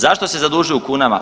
Zašto se zadužuju u kunama?